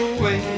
away